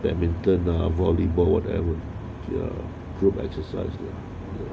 badminton volleyball whatever group exercise